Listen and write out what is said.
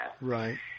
Right